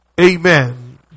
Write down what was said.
amen